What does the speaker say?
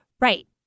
right